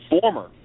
former